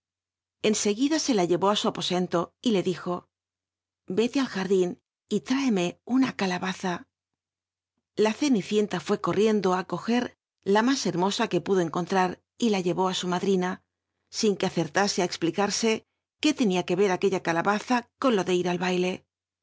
nicla e la llevó á su apo cnlo y le dijo ele al jardín y lrilemc una calabaza la más hermosa t ue pudo enronlrar y la llevó a su madrina in que acertase á plitar l qué tenía que ver aquella calabaza con jo de ir al haile